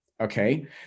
okay